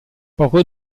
poco